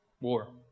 War